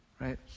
right